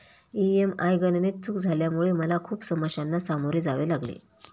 EMI गणनेत चूक झाल्यामुळे मला खूप समस्यांना सामोरे जावे लागले